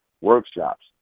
workshops